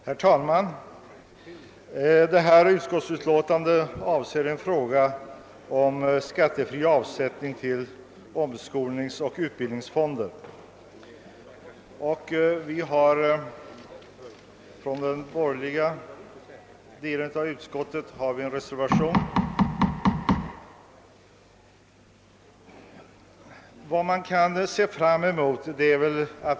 Herr talman! Detta utskottsbetänkande behandlar frågan om skattefri avsättning till omskolningsoch utbildningsfonder. Vi som tillhör oppositionen har reserverat oss för bifall till motioner härom.